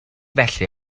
felly